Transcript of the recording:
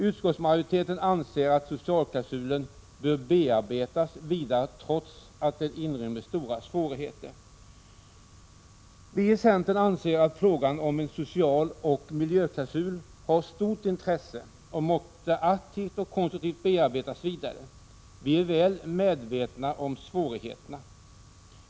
Utskottsmajoriteten anser att socialklausulen bör bearbetas ytterligare trots att den inrymmer stora svårigheter. Vi i centern anser att frågan om en socialoch miljöklausul har stort intresse och aktivt och konstruktivt måste bearbetas. Vi är väl medvetna om svårigheterna.